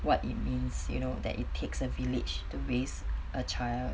what it means you know that it takes a village to raise a child